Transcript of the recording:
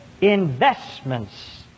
investments